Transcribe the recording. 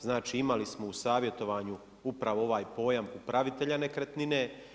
Znači imali smo u savjetovanju upravo ovaj pojam upravitelja nekretnine.